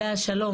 עליה השלום,